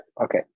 Okay